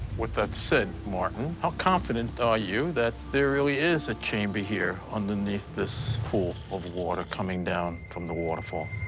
with that said, martin, how confident are you that there really is a chamber here underneath this pool of water coming down from the waterfall?